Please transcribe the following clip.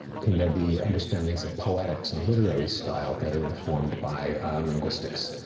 can there be understandings of poetics and literary style that are informed by linguistics?